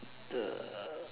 the